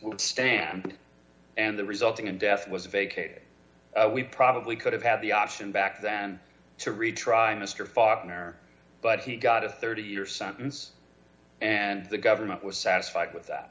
would stand and the resulting in death was vacated we probably could have had the option back then to retry mr faulkner but he got a thirty year sentence and the government was satisfied with that